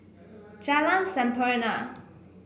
Jalan Sampurna